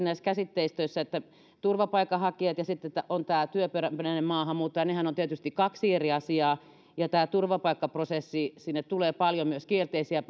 näissä käsitteistöissä menevät sekaisin turvapaikanhakijat ja sitten tämä työperäinen maahanmuutto ja nehän ovat tietysti kaksi eri asiaa turvapaikkaprosessi sinne tulee paljon myös kielteisiä